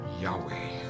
Yahweh